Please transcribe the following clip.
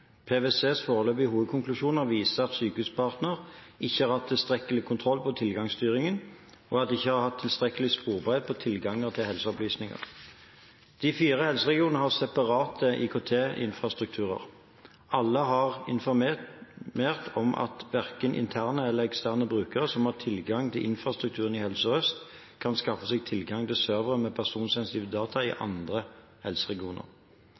at Sykehuspartner ikke har hatt tilstrekkelig kontroll på tilgangsstyringen, og at de ikke har hatt tilstrekkelig sporbarhet på tilganger til helseopplysninger. De fire helseregionene har separate IKT-infrastrukturer. Alle har informert om at verken interne eller eksterne brukere som har tilgang til infrastrukturen i Helse Sør-Øst, kan skaffe seg tilgang til servere med personsensitive data i andre helseregioner.